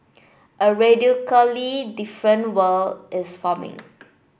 a radically different world is forming